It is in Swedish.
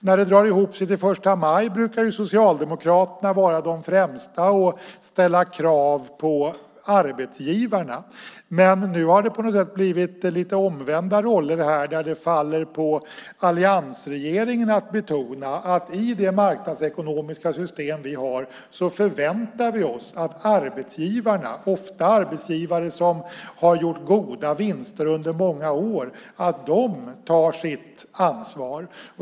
När det drar ihop sig till första maj brukar ju Socialdemokraterna vara de främsta att ställa krav på arbetsgivarna, men nu har det på något sätt blivit lite omvända roller här, där det faller på alliansregeringen att betona att i det marknadsekonomiska system vi har förväntar vi oss att arbetsgivarna, ofta arbetsgivare som har gjort goda vinster under många år, tar sitt ansvar.